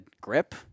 grip